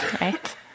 right